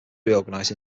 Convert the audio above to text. reorganised